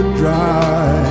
dry